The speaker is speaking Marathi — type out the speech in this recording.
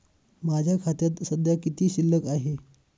माझ्या खात्यात सध्या किती शिल्लक आहे?